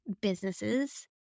businesses